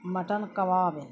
mutton کباب